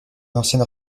ancienne